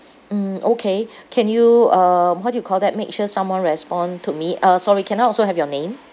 mm okay can you um what do you call that make sure someone respond to me uh sorry can I also have your name